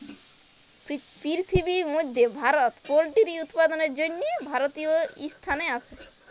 পিরথিবির ম্যধে ভারত পোলটিরি উৎপাদনের জ্যনহে তীরতীয় ইসথানে আসে